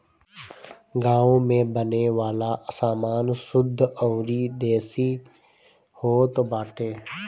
गांव में बने वाला सामान शुद्ध अउरी देसी होत बाटे